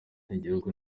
igihugu